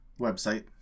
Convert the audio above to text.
website